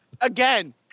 Again